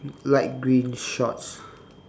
light green shorts